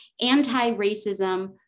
anti-racism